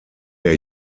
der